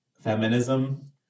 feminism